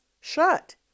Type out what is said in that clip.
shut